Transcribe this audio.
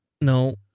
No